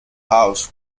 house